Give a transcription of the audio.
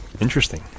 interesting